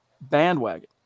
bandwagon